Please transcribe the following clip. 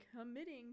committing